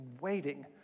waiting